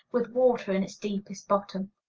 with water in its deepest bottom.